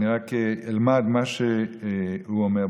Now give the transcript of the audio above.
אני רק אלמד מה שהוא אומר,